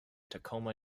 tacoma